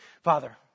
Father